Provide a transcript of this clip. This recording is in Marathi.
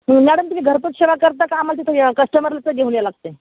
मॅडम तुम्ही घरपोच सेवा करता का आम्हाला तिथं यं कस्टमरच घेऊन यायला लागतं आहे